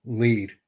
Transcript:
lead